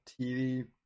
TV